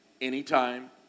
anytime